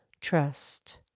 trust